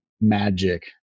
magic